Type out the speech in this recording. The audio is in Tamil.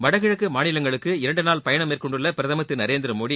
வடகிழக்கு மாநிலங்களுக்கு இரண்டு நாள் பயணம் மேற்கொண்டுள்ள பிரதமர் திரு நரேந்திரமோடி